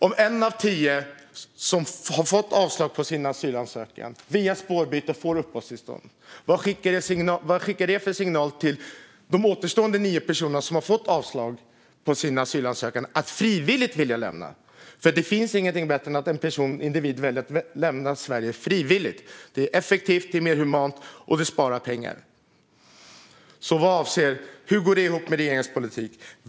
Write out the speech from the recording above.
Om en av tio som fått avslag på sin asylansökan får uppehållstillstånd via spårbyte undrar jag vilka signaler som skickas till de återstående nio personer som har fått avslag på sin asylansökan att frivilligt lämna landet. Det finns inget bättre än att en individ väljer att lämna Sverige frivilligt. Det är effektivt, mer humant och det sparar pengar. Hur går detta ihop med regeringens politik?